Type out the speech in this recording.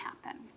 happen